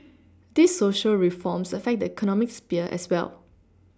these Social reforms affect the economic sphere as well